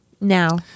now